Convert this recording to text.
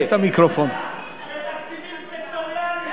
בתקציבים סקטוריאליים.